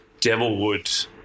Devilwood